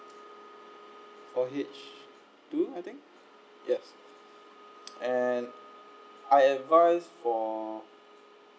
four H two I think yes and I advise for